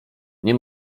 nie